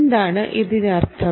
എന്താണ് ഇതിനർത്ഥം